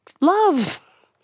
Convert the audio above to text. love